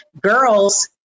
girls